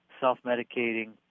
self-medicating